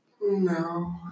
No